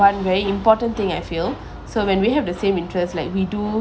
one very important thing I feel so when we have the same interest like we do